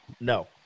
No